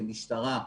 כמשטרה,